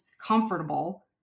comfortable